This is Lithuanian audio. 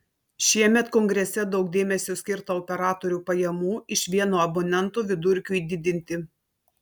šiemet kongrese daug dėmesio skirta operatorių pajamų iš vieno abonento vidurkiui didinti